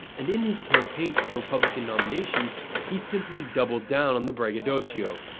and in his campaign for the republican nomination he simply doubled down on the braggadocio,